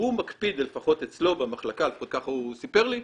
הוא מקפיד, לפחות אצלו במחלקה, ככה הוא סיפר לי,